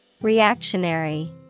Reactionary